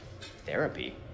therapy